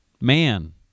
man